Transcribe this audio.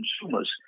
consumers